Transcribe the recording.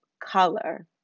color